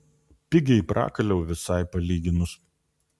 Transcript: pigiai prakaliau visai palyginus